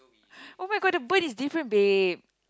oh-my-god the bird is different big